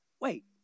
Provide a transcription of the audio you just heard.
wait